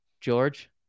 George